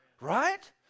right